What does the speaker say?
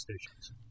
stations